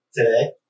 Today